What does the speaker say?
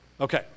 Okay